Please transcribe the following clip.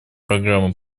программы